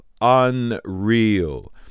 unreal